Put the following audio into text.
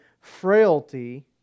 frailty